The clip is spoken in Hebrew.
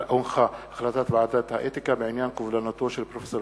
החלטת ועדת האתיקה בעניין קובלנתו של פרופסור